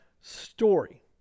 story